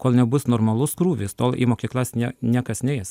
kol nebus normalus krūvis tol į mokyklas nie niekas neis